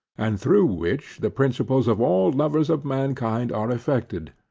and through which the principles of all lovers of mankind are affected,